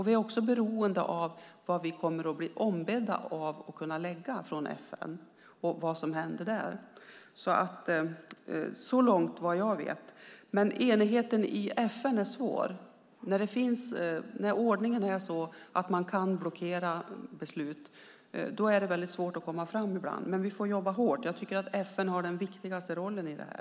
Vi är också beroende av vad vi kommer att bli ombedda av FN att bidra med och vad som händer där. Så långt vad jag vet. Enigheten i FN är svår. När ordningen är sådan att man kan blockera beslut är det ibland väldigt svårt att nå fram. Vi får jobba hårt. Jag tycker att FN har den viktigaste rollen här.